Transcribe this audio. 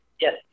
yes